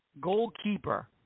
goalkeeper